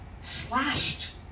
slashed